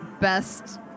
Best